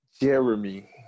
Jeremy